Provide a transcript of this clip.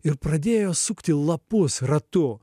ir pradėjo sukti lapus ratu